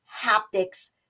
haptics